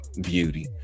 beauty